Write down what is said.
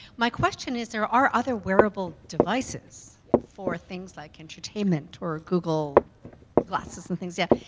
my questions is, there are other wearable devices for things like entertainment, or google glasses and things, yeah.